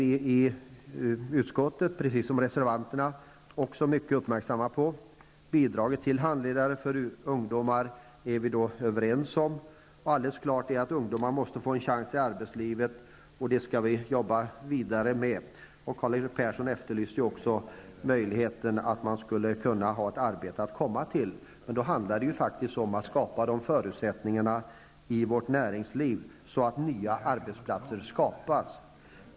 Vi i utskottet är, liksom reservanterna, mycket uppmärksamma på ungdomsarbetslösheten. Vi är överens om bidraget till handledare för ungdomar. Det är helt klart att ungdomarna måste få en chans i arbetslivet. Det skall vi jobba vidare med. Karl Erik Persson efterlyste att man skall ha möjlighet att komma till ett arbete. I det sammanhanget handlar det om att skapa förutsättningar i vårt näringsliv så att nya arbetstillfällen uppstår.